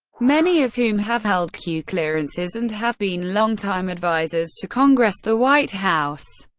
many of whom have held q clearances and have been longtime advisers to congress, the white house,